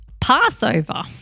Passover